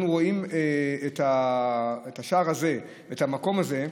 אנחנו רואים בשער הזה, במקום הזה,